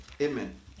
Amen